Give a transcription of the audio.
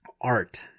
art